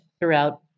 throughout